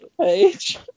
page